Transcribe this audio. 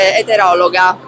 eterologa